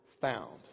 found